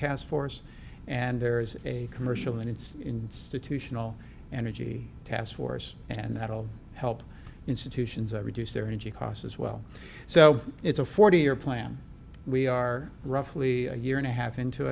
taskforce and there is a commercial and it's institutional energy task force and that will help institutions or reduce their energy costs as well so it's a forty year plan we are roughly a year and a half into